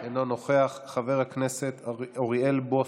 אינו נוכח, חבר הכנסת אוריאל בוסו,